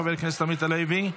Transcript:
חבר הכנסת עמית הלוי,